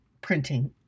printing